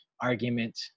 argument